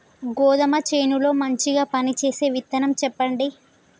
గోధుమ చేను లో మంచిగా పనిచేసే విత్తనం చెప్పండి?